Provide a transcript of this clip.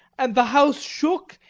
and the house shook,